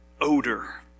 odor